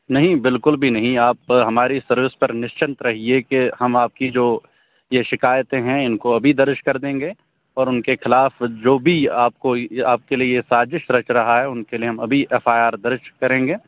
نہیں بالکل بھی نہیں آپ ہماری سروس پر نشچنت رہیے کہ ہم آپ کی جو یہ شکایتیں ہیں ان کو ابھی درج کر دیں گے اور ان کے خلاف جو بھی آپ کو آپ کے لیے سازش رچ رہا ہے ان کے لیے ہم ابھی ایف آئی آر درج کریں گے